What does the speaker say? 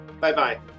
Bye-bye